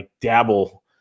dabble